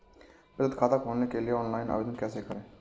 बचत खाता खोलने के लिए ऑनलाइन आवेदन कैसे करें?